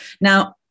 now